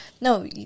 No